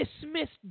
dismissed